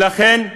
ולכן,